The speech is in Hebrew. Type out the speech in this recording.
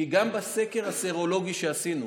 כי גם בסקר הסרולוגי שעשינו,